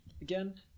again